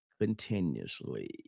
continuously